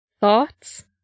Thoughts